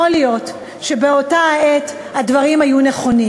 יכול להיות שבאותה העת הדברים היו נכונים.